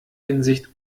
hinsicht